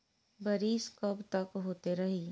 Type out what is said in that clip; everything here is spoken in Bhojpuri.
बरिस कबतक होते रही?